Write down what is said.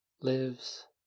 lives